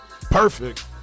Perfect